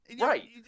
Right